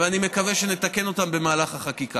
ואני מקווה שנתקן אותם במהלך החקיקה.